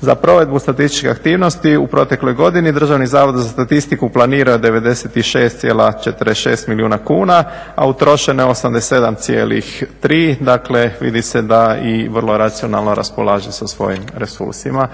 Za provedbu statističkih aktivnosti u protekloj godini Državni zavod za statistiku planira 96,46 milijuna kuna, a utrošeno je 87,3, dakle vidi se da i vrlo racionalno raspolaže sa svojim resursima